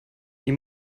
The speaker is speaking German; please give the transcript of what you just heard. die